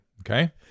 Okay